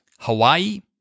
Hawaii